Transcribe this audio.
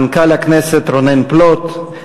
מנכ"ל הכנסת רונן פלוט,